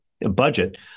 budget